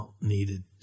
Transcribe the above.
needed